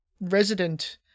resident